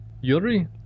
Yuri